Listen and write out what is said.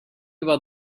about